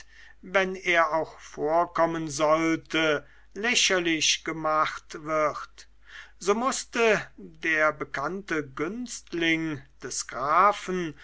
wenn er auch vorkommen sollte lächerlich gemacht wird so mußte der bekannte günstling des grafen